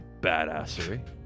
badassery